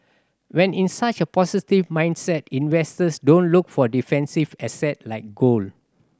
when in such a positive mindset investors don't look for defensive asset like gold